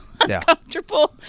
uncomfortable